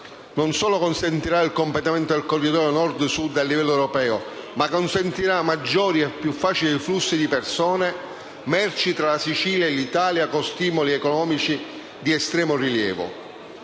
non solo consentirà il completamento del corridoio Nord-Sud a livello europeo, ma consentirà maggiori e più facili flussi di persone, merci tra la Sicilia e l'Italia, con stimoli economici di estremo rilievo.